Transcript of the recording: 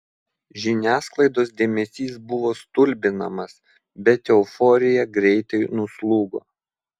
žiniasklaidos dėmesys buvo stulbinamas bet euforija greitai nuslūgo